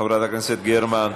חברת הכנסת גרמן,